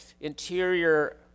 interior